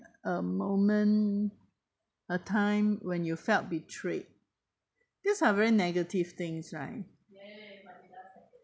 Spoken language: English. a moment a time when you felt betrayed these are very negative things right